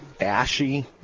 ashy